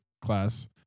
class